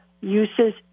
uses